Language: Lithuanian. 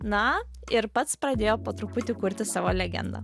na ir pats pradėjo po truputį kurti savo legendą